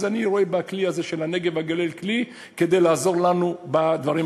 אז אני רואה בכלי הזה של הנגב והגליל כלי כדי לעזור לנו בדברים.